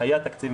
היה תקציב